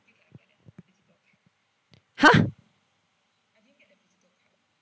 !huh!